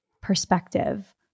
perspective